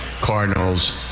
Cardinals